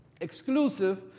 Exclusive